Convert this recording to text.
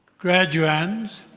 graduands,